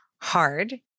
hard